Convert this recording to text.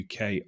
UK